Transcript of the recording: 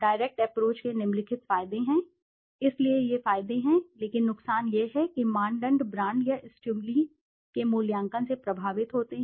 direct approach के निम्नलिखित फायदे हैं इसलिए ये फायदे हैं लेकिन नुकसान यह है कि मानदंड ब्रांड या स्टिमुली के मूल्यांकन से प्रभावित होते हैं